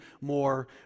more